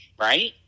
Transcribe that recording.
Right